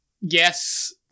yes